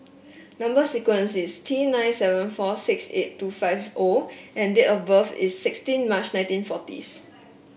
number sequence is T nine seven four six eight two five O and date of birth is sixteen March nineteen forties